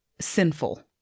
sinful